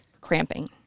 cramping